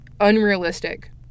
unrealistic